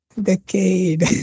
Decade